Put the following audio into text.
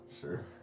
Sure